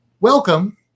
Welcome